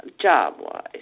Job-wise